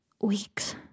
weeks